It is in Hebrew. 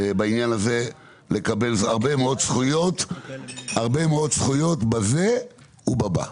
בעניין הזה לקבל הרבה מאוד זכויות בזה ובבא.